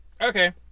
okay